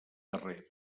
darrere